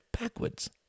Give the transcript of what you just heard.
backwards